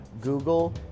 Google